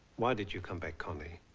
why did you come back connie?